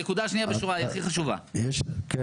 אז את הנקודה השנייה בשורה, היא הכי חשובה.